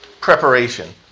preparation